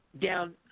down